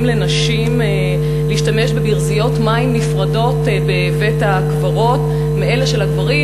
לנשים להשתמש בברזיות מים נפרדות מאלה של הגברים,